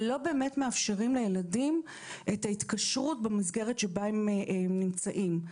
ולא באמת מאפשרים לילדים את ההתקשרות במסגרת שבה הם נמצאים.